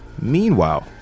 Meanwhile